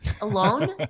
Alone